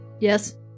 Yes